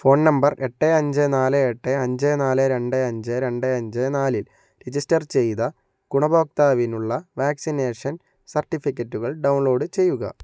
phone number എട്ട് അഞ്ച് നാല് എട്ട് അഞ്ച് നാല് രണ്ട് അഞ്ച് രണ്ട് അഞ്ച് നാലിൽ രജിസ്റ്റർ ചെയ്ത ഗുണഭോക്താവിനുള്ള വാക്സിനേഷൻ സർട്ടിഫിക്കറ്റുകൾ ഡൗൺലോഡ് ചെയ്യുക